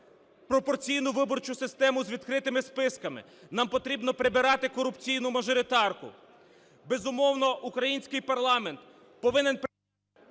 пропорційну виборчу систему з відкритими списками, нам потрібно прибирати корупційну мажоритарку. Безумовно, український парламент повинен…